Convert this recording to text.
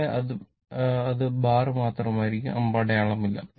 ഇവിടെ അത് ബാർ മാത്രമായിരിക്കും അമ്പടയാളമില്ല